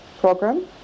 program